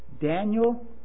Daniel